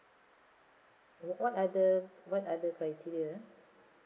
what other what other criteria err